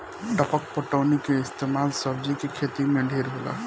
टपक पटौनी के इस्तमाल सब्जी के खेती मे ढेर होला